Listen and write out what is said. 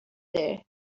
there